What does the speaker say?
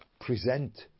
present